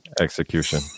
execution